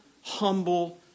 humble